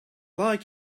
like